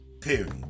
period